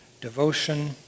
devotion